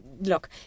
look